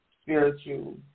spiritual